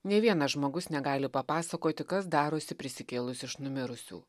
nė vienas žmogus negali papasakoti kas darosi prisikėlus iš numirusių